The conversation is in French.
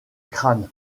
crâne